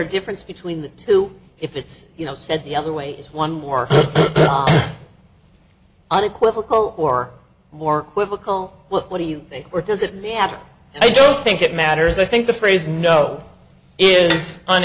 a difference between the two if it's you know said the other way it's one more unequivocal or more political what do you think or does it matter i don't think it matters i think the phrase no is